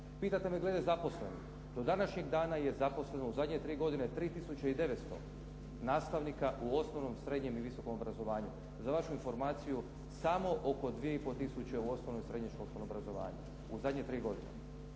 Pitate me glede zaposlenih. Do današnjeg dana je zaposleno u zadnje 3 godine 3 tisuće i 900 nastavnika u osnovnom, srednjem i visokom obrazovanju. Za vašu informaciju, samo oko 2 i po tisuće u osnovnom i srednješkolskom obrazovanju u zadnje 3 godine.